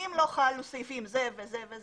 שאם לא חלו סעיפים אלה ואלה,